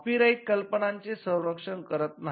copyright कल्पनांचे संरक्षण करत नाही